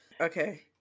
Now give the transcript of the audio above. Okay